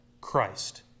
Christ